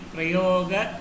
Prayoga